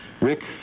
Rick